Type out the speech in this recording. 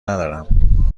ندارم